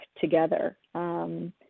together